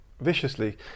Viciously